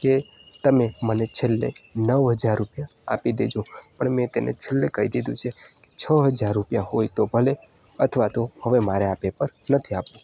કે તમે મને છેલ્લે નવ હજાર રૂપિયા આપી દેજો અને મેં તેને છેલ્લે કહી દીધું છે છ હજાર રૂપિયા હોય તો ભલે અથવા તો હવે મારે આ પેપર નથી આપવું